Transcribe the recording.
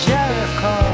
Jericho